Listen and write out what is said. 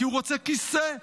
כי הוא רוצה כיסא.